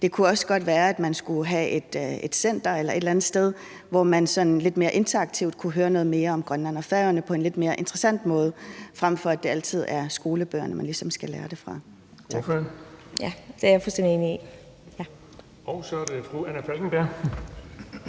Det kunne også godt være, at man skulle have et center eller et eller andet sted, hvor man sådan lidt mere interaktivt kunne lære noget mere om Grønland og Færøerne på en lidt mere interessant måde, frem for at det altid er skolebøgerne, man ligesom skal lære om det fra.